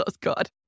God